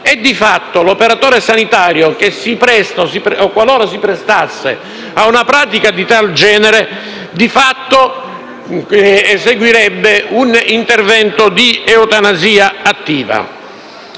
di fatto l'operatore sanitario che si presta ad una pratica di tale genere, di fatto esegue un intervento di eutanasia attiva.